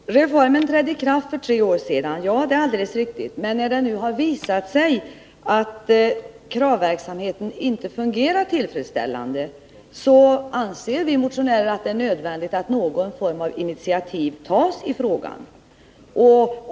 Herr talman! Reformen trädde i kraft för tre år sedan — det är alldeles riktigt. Men när det nu har visat sig att kravverksamheten inte fungerar tillfredsställande, anser vi motionärer att det är nödvändigt att någon form av initiativ tas i frågan.